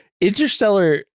interstellar